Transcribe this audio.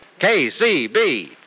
KCB